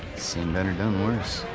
seen better, done worse.